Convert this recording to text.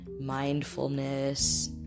mindfulness